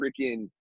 freaking